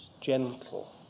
Gentle